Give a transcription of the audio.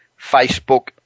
Facebook